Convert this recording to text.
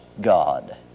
God